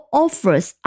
offers